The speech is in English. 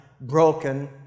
broken